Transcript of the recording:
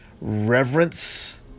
reverence